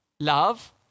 Love